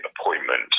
appointment